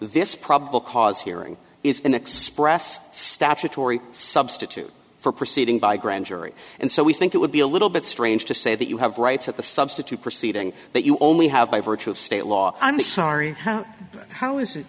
this probable cause hearing is an express statutory substitute for proceeding by grand jury and so we think it would be a little bit strange to say that you have rights at the substitute proceeding that you only have by virtue of state law i'm sorry how is it